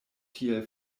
tiel